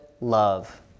love